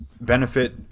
benefit